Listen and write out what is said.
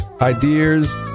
ideas